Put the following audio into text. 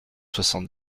soixante